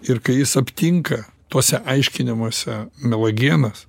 ir kai jis aptinka tuose aiškinimuose melagienas